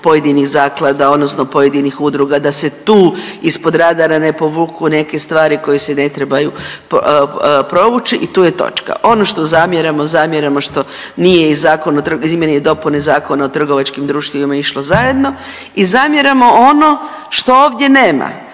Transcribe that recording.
pojedinih zaklada odnosno pojedinih udruga, da se tu ispod radara ne provuku neke stvari koje se ne trebaju provući i tu je točka. Ono što zamjeramo, zamjeramo što nije i zakon o, izmjene i dopune Zakona o trgovačkim društvima išlo zajedno. I zamjeramo ono što ovdje nema,